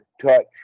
touch